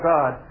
God